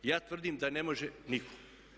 Ja tvrdim da ne može nitko.